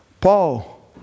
Paul